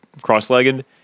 cross-legged